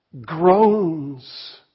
groans